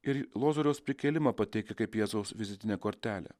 ir lozoriaus prikėlimą pateikti kaip jėzaus vizitinę kortelę